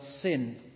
sin